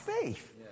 faith